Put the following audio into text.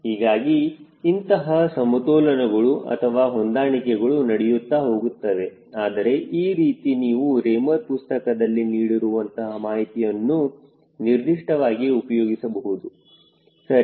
ಹೀಗಾಗಿ ಇಂತಹ ಸಮತೋಲನಗಳು ಅಥವಾ ಹೊಂದಾಣಿಕೆಗಳು ನಡೆಯುತ್ತಾ ಹೋಗುತ್ತವೆ ಆದರೆ ಈ ರೀತಿ ನೀವು ರೇಮರ್ ಪುಸ್ತಕದಲ್ಲಿ ನೀಡಿರುವಂತಹ ಮಾಹಿತಿಯನ್ನು ನಿರ್ದಿಷ್ಟವಾಗಿ ಉಪಯೋಗಿಸಬಹುದು ಸರಿ